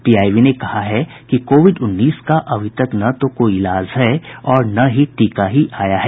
PIB ने है कि कोविड उन्नीस का अभी तक न तो कोई इलाज है और न ही टीका ही आया है